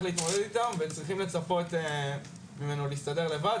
להתמודד איתם וצריכים לצפות ממנו להסתדר לבד,